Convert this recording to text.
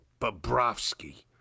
Bobrovsky